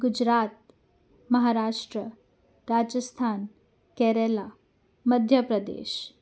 Gujarat Maharashtra Rajasthan Kerala Madhya Pradesh